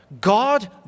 God